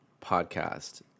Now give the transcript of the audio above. podcast